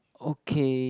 okay